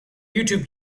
youtube